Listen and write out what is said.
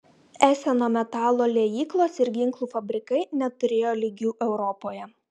eseno metalo liejyklos ir ginklų fabrikai neturėjo lygių europoje